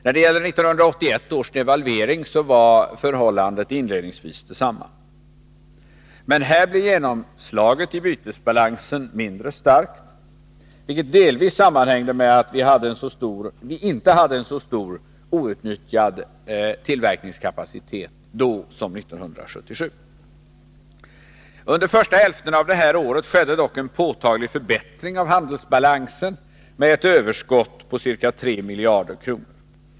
Förhållandet var inledningsvis detsamma vad gäller 1981 års devalvering. Men här blev genomslaget i bytesbalansen mindre starkt, vilket delvis sammanhängde med att vi inte hade en så stor outnyttjad tillverkningskapacitet då som 1977. Under första hälften av det här året skedde dock en påtaglig förbättring av handelsbalansen med ett överskott på ca 3 miljarder kronor.